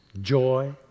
joy